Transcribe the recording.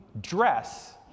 dress